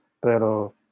pero